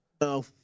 No